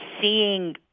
seeing